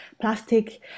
Plastic